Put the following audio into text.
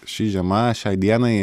ši žiema šiai dienai